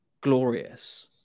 glorious